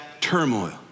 turmoil